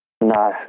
No